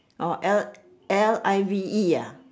or L L I V E ah